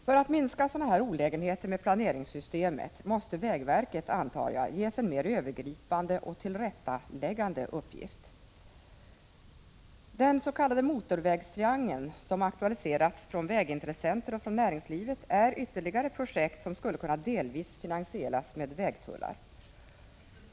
För att minska sådana här olägenheter med planeringssystemet måste vägverket, antar jag, ges en mer övergripande och tillrättaläggande uppgift. Den s.k. motorvägstriangeln, som aktualiserats från vägintressenter och från näringslivet, är ytterligare ett projekt som skulle kunna delvis finansieras med vägtullar.